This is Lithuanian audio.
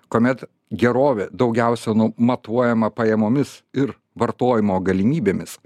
kuomet gerovė daugiausia nu matuojama pajamomis ir vartojimo galimybėmis